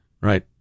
Right